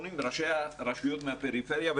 ראשי הרשויות מן הפריפריה,